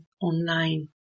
online